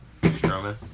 Stroman